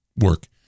work